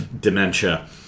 dementia